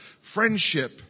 friendship